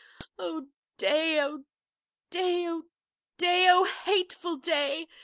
o day! o day! o day! o hateful day!